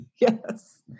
Yes